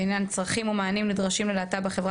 בעניין צרכים ומענים הנדרשים ללהט״ב בחברה